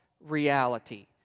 reality